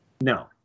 no